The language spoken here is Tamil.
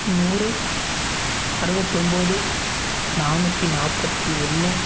நூறு அறுவத்தொம்பது நானூற்றி நாற்பத்தி ஒன்று